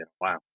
Wow